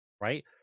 right